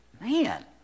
man